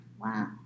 Wow